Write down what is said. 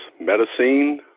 Medicine